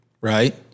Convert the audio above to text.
right